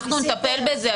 אנחנו נטפל בזה.